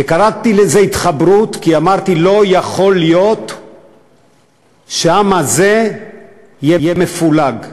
וקראתי לזה התחברות כי אמרתי: לא יכול להיות שהעם הזה יהיה מפולג.